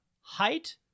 Height